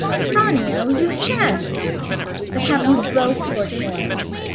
tranio, you jest but have you both forsworn me?